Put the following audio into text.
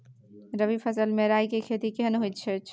रबी फसल मे राई के खेती केहन होयत अछि?